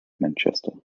manchester